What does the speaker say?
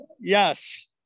Yes